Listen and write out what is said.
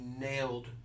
nailed